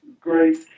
great